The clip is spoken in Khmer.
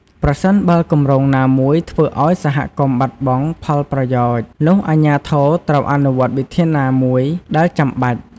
ប្រសិនបើគម្រោងណាមួយធ្វើឱ្យសហគមន៍បាត់បង់ផលប្រយោជន៍ នោះអាជ្ញាធរត្រូវអនុវត្តវិធានណាមួយដែលចាំបាច់។